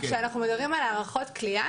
שאנחנו מדברים על הערכות כליאה,